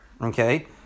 okay